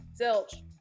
zilch